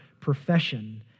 profession